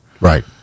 Right